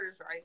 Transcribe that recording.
right